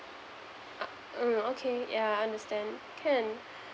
ah mm okay ya understand can